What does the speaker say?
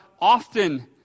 often